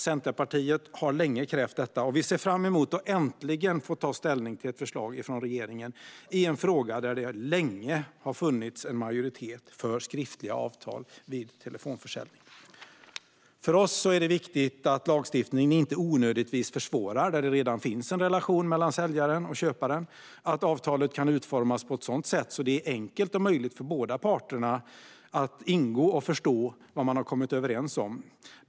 Centerpartiet har länge krävt detta, och vi ser fram emot att äntligen få ta ställning till ett förslag från regeringen i denna fråga. Det har länge funnits en majoritet för skriftliga avtal vid telefonförsäljning. För oss är det viktigt att lagstiftningen inte onödigtvis försvårar där det redan finns en relation mellan säljare och köpare. Det är viktigt att avtalet kan utformas på ett sådant sätt att det är så enkelt som möjligt för båda parterna att ingå avtalet och förstå vad man har kommit överens om.